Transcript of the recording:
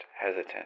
hesitant